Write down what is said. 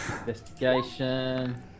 investigation